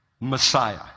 Messiah